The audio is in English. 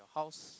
how's